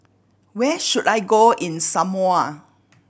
where should I go in Samoa